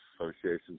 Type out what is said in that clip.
associations